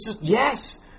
yes